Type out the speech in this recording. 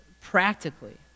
practically